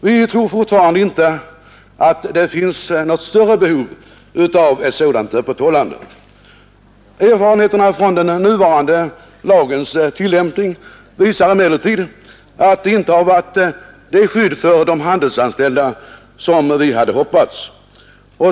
Vi tror = Affärstidslagfortfarande inte att det finns något större behov av ett sådant stiftning öppethållande. Erfarenheterna från den nuvarande lagens tillämpning visar emellertid att den inte har varit det skydd för de handelsanställda som vi hade hoppats.